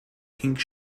pink